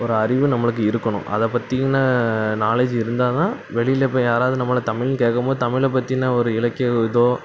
ஒரு அறிவு நம்மளுக்கு இருக்கணும் அதை பற்றின நாலேஜ் இருந்தால்தான் வெளியில போய் யாராவது நம்மளை தமிழ் கேட்கும்மோது தமிழைப் பற்றின ஒரு இலக்கிய இதோ